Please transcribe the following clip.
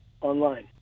online